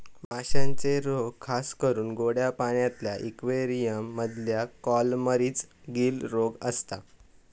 माश्यांचे रोग खासकरून गोड्या पाण्यातल्या इक्वेरियम मधल्या कॉलमरीस, गील रोग असता